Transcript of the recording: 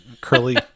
Curly